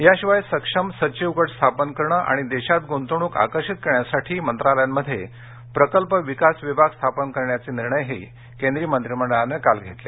याशिवाय सक्षम सचिव गट स्थापन करणं आणि देशात गुंतवणूक आकर्षित करण्यासाठी मंत्रालयांमध्ये प्रकल्प विकास विभाग स्थापन करण्याचेही निर्णय केंद्रीय मंत्रिमंडळानं काल घेतले